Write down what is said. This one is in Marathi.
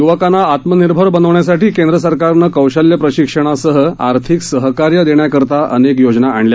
युवकांना आत्मनिर्भर बनवण्यासाठी केंद्र सरकारनं कौशल्य प्रशिक्षणासह आर्थिक सहकार्य देण्याकरता अनेक योजना आणल्या